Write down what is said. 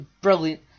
Brilliant